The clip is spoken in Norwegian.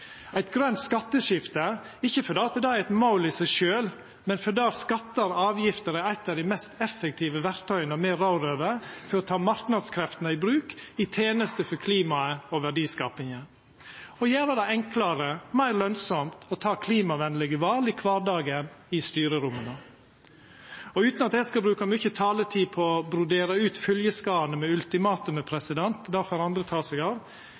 eit grønt skatteskifte ikkje fordi det er eit mål i seg sjølv, men fordi skattar og avgifter er eit av dei mest effektive verktøya me rår over for å ta marknadskreftene i bruk i teneste for klimaet og verdiskapinga, og for å gjera det enklare og meir lønsamt å ta klimavenlege val i kvardagen og i styrerom. Utan at eg skal bruka mykje taletid på å brodera ut fylgjeskadane ved ultimatumet – det får andre ta seg av: